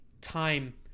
time